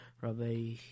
Rabbi